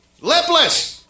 lipless